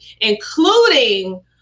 including